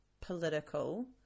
political